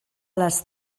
les